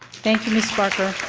thank you, ms. barker.